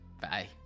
Bye